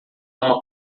uma